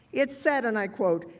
it said, and i quote,